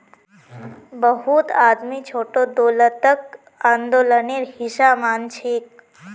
बहुत आदमी छोटो दौलतक आंदोलनेर हिसा मानछेक